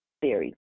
Theory